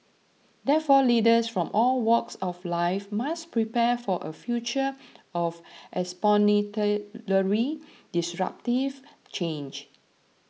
therefore leaders from all walks of life must prepare for a future of exponentially disruptive change